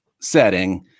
setting